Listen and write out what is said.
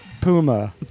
puma